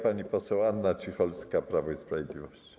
Pani poseł Anna Cicholska, Prawo i Sprawiedliwość.